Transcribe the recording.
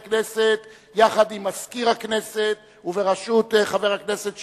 כנסת יחד עם מזכיר הכנסת ובראשות חבר הכנסת שטרית,